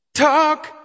Talk